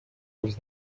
als